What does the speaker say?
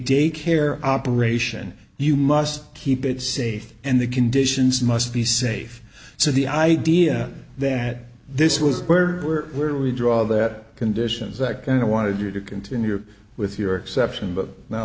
daycare operation you must keep it safe and the conditions must be safe so the idea that this was where we're where we draw that conditions that kind of wanted you to continue with your exception but now